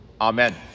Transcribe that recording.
Amen